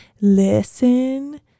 listen